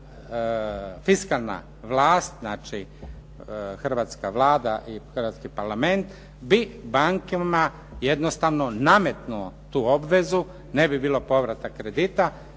hrvatska Vlada i hrvatski Parlament bi bankama jednostavno nametnuo tu obvezu. Ne bi bilo povrata kredita